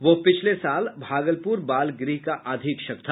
वह पिछले साल भागलपुर बाल गृह का अधीक्षक था